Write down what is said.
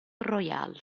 royal